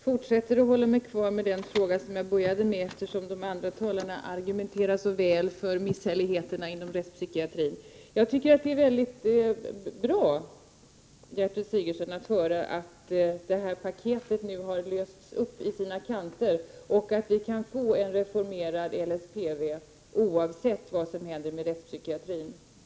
Herr talman! Jag fortsätter med den fråga jag började med, eftersom de andra talarna argumenterar så väl om misshälligheterna inom rättspsykiatrin. Det är bra, Gertrud Sigurdsen, att höra att paketet nu har lösts upp i kanterna och att vi kan få en reformerad LSPV oavsett vad som händer med rättspsykiatrin.